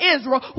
Israel